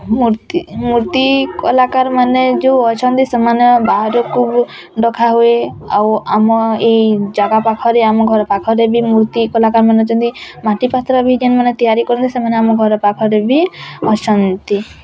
ମୋତି ମୂର୍ତ୍ତି କଲାକାର ମାନେ ଯେଉଁ ଅଛନ୍ତି ସେମାନେ ବାହାରକୁ ଡକା ହୁଏ ଆଉ ଆମ ଏଇ ଜାଗା ପାଖରେ ଆମ ଘର ପାଖରେ ବି ମୂର୍ତ୍ତି କଲାକାର ମାନେ ଅଛନ୍ତି ମାଟିପାତ୍ର ଭି ଯେଉଁମାନେ ତିଆରି କରନ୍ତି ସେମାନେ ଆମ ଘର ପାଖରେ ବି ଅଛନ୍ତି